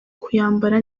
kuyambara